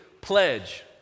pledge